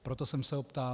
Proto jsem se ho ptal.